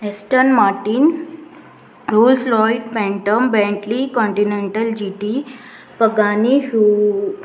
Aston Martin Rolls Royce Phantom Bentley Continental G T Pagani hue